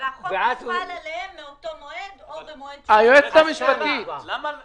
על אף האמור בסעיף קטן (א)(2)(ב), שר האוצר רשאי